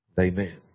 Amen